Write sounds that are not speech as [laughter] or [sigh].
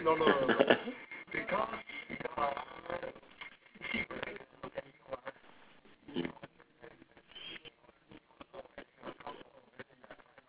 [laughs]